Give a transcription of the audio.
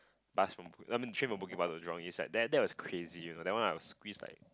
last from I mean train from Bukit-Batok to Jurong East right there that was crazy you know that one I was squeezed like